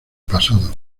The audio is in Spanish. pasado